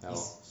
ya lor